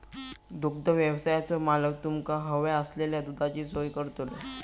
दुग्धव्यवसायाचो मालक तुमका हव्या असलेल्या दुधाची सोय करतलो